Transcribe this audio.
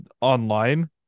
online